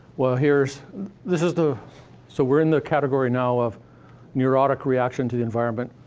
well, here's this is the so we're in the category now of neurotic reaction to the environment,